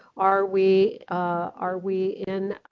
are we are we in